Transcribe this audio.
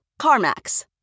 CarMax